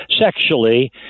sexually